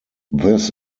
this